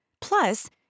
Plus